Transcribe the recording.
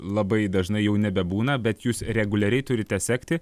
labai dažnai jau nebebūna bet jūs reguliariai turite sekti